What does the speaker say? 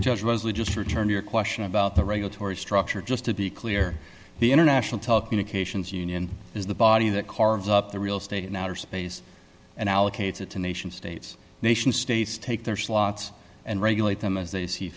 judge leslie just returned your question about the regulatory structure just to be clear the international telecommunications union is the body that carved up the real estate matter space and allocates it to nation states nation states take their slots and regulate them as they see